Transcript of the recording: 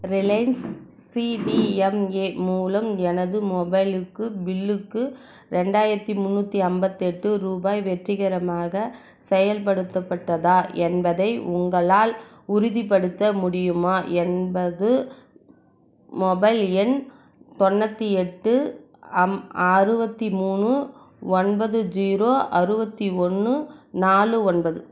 Reliance CDMA மூலம் எனது மொபைலுக்கு பில்லுக்கு ரெண்டாயிரத்தி முந்நூற்றி ஐம்பத்தெட்டு ரூபாய் வெற்றிகரமாக செயல்படுத்தப்பட்டதா என்பதை உங்களால் உறுதிப்படுத்த முடியுமா என்பது மொபைல் எண் தொண்ணூற்றி எட்டு அம் அறுபத்தி மூணு ஒன்பது ஜீரோ அறுபத்தி ஒன்று நாலு ஒன்பது